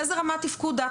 באיזו רמת תפקוד את?